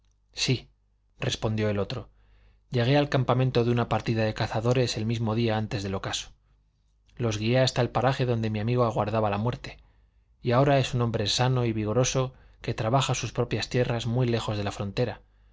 sí respondió el otro llegué al campamento de una partida de cazadores el mismo día antes del ocaso los guié hasta el paraje donde mi amigo aguardaba la muerte y ahora es un hombre sano y vigoroso que trabaja en sus propias tierras muy lejos de la frontera